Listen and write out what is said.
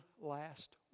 last